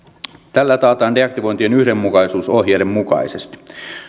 tällä taataan deaktivointien yhdenmukaisuus ohjeiden mukaisesti